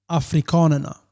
afrikanerna